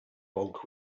bulk